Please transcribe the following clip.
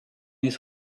his